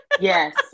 Yes